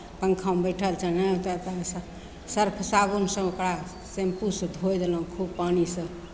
पङ्खामे बैठल छनि तऽ अपन सभ सर्फ साबुनसँ ओकरा शैम्पूसँ धोए देलहुँ खूब पानिसँ